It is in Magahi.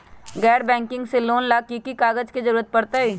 गैर बैंकिंग से लोन ला की की कागज के जरूरत पड़तै?